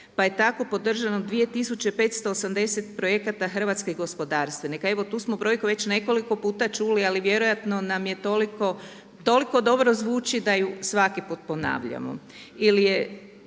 pa je tako podržano 2.580 projekata hrvatskih gospodarstvenika. Evo tu smo brojku već nekoliko puta čuli, ali vjerojatno nam je toliko dobro zvuči da je svaki put ponavljamo,